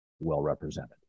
well-represented